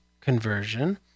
conversion